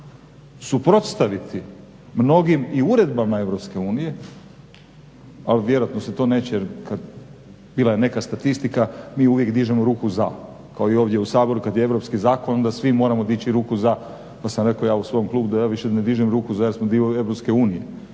suprotstaviti mnogim i uredbama EU, ali vjerojatno se to neće. Bila je neka statistika mi uvijek dižemo ruku za kao i ovdje u Saboru kada je europski zakon onda svi moramo dići ruku za pa sam rekao u svom klubu da ja više ne dižem ruku za jer smo dio EU,